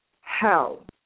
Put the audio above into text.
hell